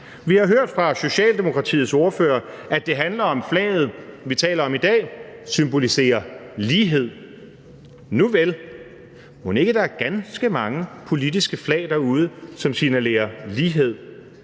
Vi har hørt fra Socialdemokratiets ordfører, at det handler om, at flaget, vi taler om i dag, symboliserer lighed. Nuvel, mon ikke der er ganske mange politiske flag derude, som signalerer lighed?